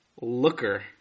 Looker